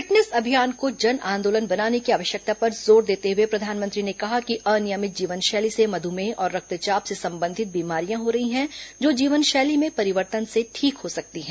fitness अभियान को जन आंदोलन बनाने की आवश्यकता पर जोर देते हुए प्रधानमंत्री ने कहा कि अनियमित जीवन शैली से मध्मेह और रक्तचाप से संबंधित बीमारियां हो रही हैं जो जीवनशैली में परिवर्तन से ठीक हो सकती हैं